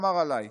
הוא אמר עליי,